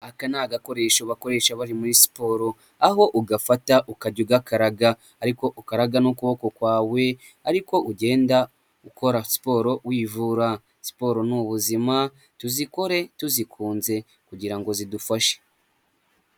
Aka ni agakoresho bakoresha bari muri siporo aho ugafata ukajya ugakaraga ariko ukaraga n'ukuboko kwawe ariko ko ugenda ukora siporo wivura, siporo ni ubuzima tuzikore tuzikunze kugira ngo zidufashe.